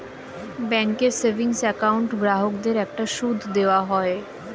ব্যাঙ্কের savings account গ্রাহকদের একটা সুদ দেওয়া হয়